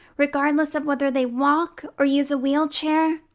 regardless of whether they walk or use a wheelchair.